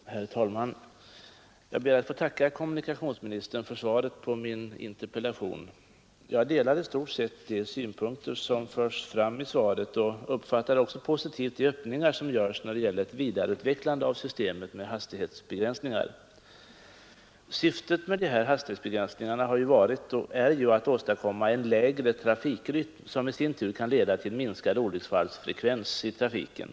Herr talman! Jag ber att få tacka kommunikationsministern för svaret på min interpellation. Jag delar i stort sett de synpunkter som förs fram i svaret och uppfattar positivt de öppningar som görs när det gäller ett vidareutvecklande av systemet med hastighetsbegränsningar. Syftet med hastighetsbegränsningarna har varit och är att åstadkomma en lägre trafikrytm som i sin tur kan leda till minskad olycksfallsfrekvens i trafiken.